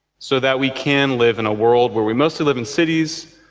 so that we can live in a world where we mostly live in cities,